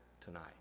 tonight